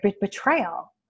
betrayal